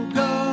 go